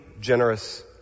generous